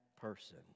person